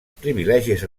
privilegis